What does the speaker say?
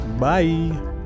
Bye